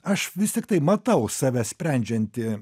aš vis tiktai matau save sprendžiantį